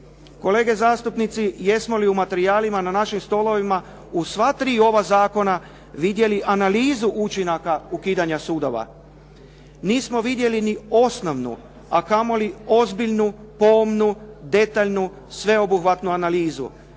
Kolege zastupnici, jesmo li u materijalima na našim stolovima u sva tri ova zakona vidjeli analizu učinaka ukidanja sudova. Nismo vidjeli ni osnovnu a kamoli ozbiljnu, pomnu, detaljnu, sveobuhvatnu analizu.